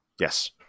Yes